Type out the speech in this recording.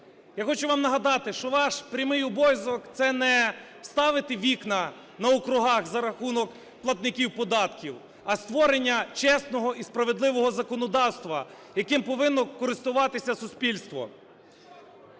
Я хочу вам нагадати, що ваш прямий обов'язок - це не ставити вікна на округах за рахунок платників податків, а створення чесного і справедливого законодавства, яким повинно користуватися суспільство.